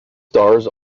stars